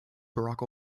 barack